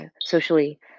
socially